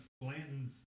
Blanton's